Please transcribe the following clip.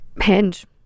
Hinge